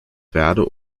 verde